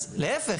אז להיפך,